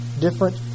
different